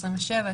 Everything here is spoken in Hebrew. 27,